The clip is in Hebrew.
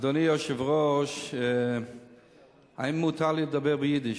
אדוני היושב-ראש, האם מותר לי לדבר ביידיש?